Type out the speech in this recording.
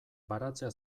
baratzea